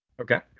Okay